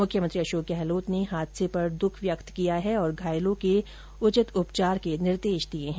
मुख्यमंत्री अशोक गहलोत ने हादसे पर दुख व्यक्त किया है और घायलों के उपचार के लिए निर्देश दिए है